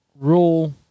rule